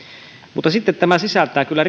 mutta sitten tämä sisältää kyllä